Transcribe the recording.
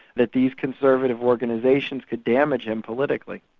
that these conservative organisations could damage him politically.